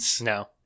No